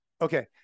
Okay